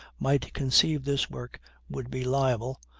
might conceive this work would be liable,